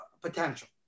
potential